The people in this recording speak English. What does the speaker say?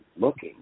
looking